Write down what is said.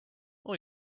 all